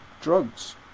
drugs